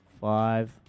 Five